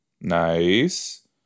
Nice